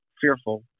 fearful